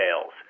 sales